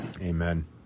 Amen